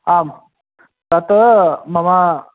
आम् तत् मम